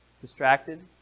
Distracted